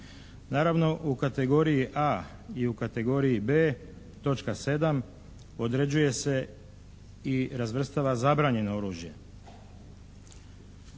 Naravno, u kategoriji A i u kategoriji B, točka 7. određuje se i razvrstava zabranjeno oružje.